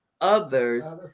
others